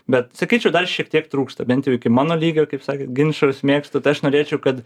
bet sakyčiau dar šiek tiek trūksta bent jau iki mano lygio kaip sakė ginčus mėgstu tai aš norėčiau kad